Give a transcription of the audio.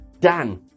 Dan